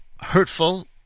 hurtful